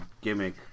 gimmick